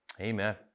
Amen